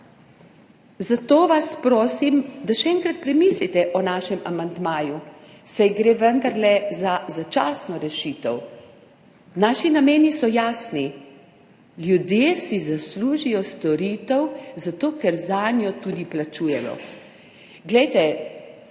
Zato vas prosim, da še enkrat premislite o našem amandmaju, saj gre vendarle za začasno rešitev. Naši nameni so jasni, ljudje si zaslužijo storitev, zato ker zanjo tudi plačujejo. 2